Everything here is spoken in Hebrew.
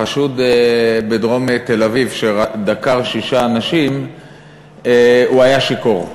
שהחשוד בדרום תל-אביב שדקר שישה אנשים היה שיכור,